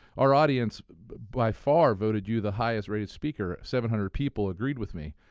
our audience, by far, voted you the highest-rated speaker seven hundred people agreed with me.